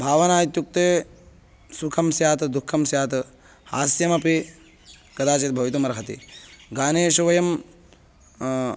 भावना इत्युक्ते सुखं स्यात् दुःखं स्यात् हास्यमपि कदाचित् भवितुमर्हति गानेषु वयं